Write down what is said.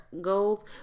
goals